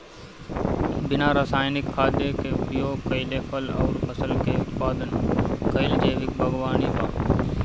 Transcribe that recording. बिना रासायनिक खाद क उपयोग कइले फल अउर फसल क उत्पादन कइल जैविक बागवानी बा